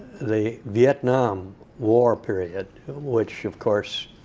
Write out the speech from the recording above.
the vietnam war period which, of course,